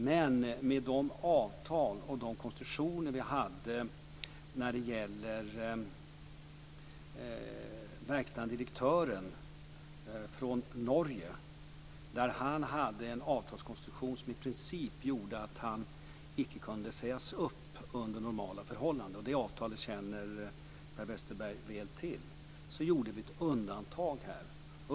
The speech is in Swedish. Men med de avtal och de konstruktioner som fanns när det gäller verkställande direktören från Norge - han hade en avtalskonstruktion som gjorde att han i princip inte kunde sägas upp under normala förhållanden, det avtalet känner Per Westerberg väl till - gjordes ett undantag.